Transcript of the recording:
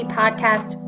podcast